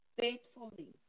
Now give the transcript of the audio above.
faithfully